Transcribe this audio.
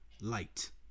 light